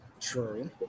True